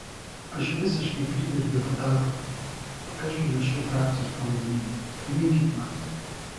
aš visiškai pritariu deputato tik aš užmiršau frakcijos pavadinimą priminkit man